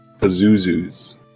Pazuzu's